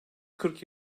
kırk